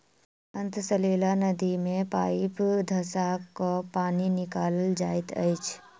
अंतः सलीला नदी मे पाइप धँसा क पानि निकालल जाइत अछि